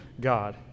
God